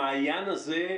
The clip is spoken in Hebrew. המעיין הזה,